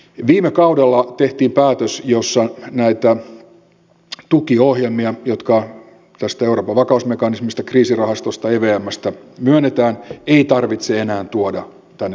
viime kaudella tehtiin päätös jossa näitä tukiohjelmia jotka tästä euroopan vakausmekanismista kriisirahastosta evmstä myönnetään ei tarvitse enää tuoda tänne suureen saliin